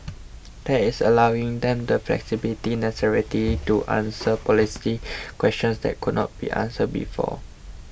that is allowing them the flexibility to answer policy tea questions that could not be answered before